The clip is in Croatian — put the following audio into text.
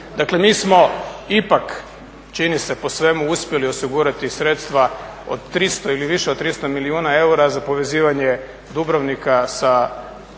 Dakle, mi smo ipak čini se po svemu uspjeli osigurati sredstva od 300 ili više od 300 milijuna eura za povezivanje Dubrovnika sa